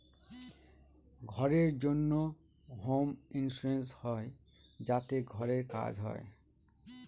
ঘরের জন্য home insurance হয় যাতে ঘরের কাজ হয়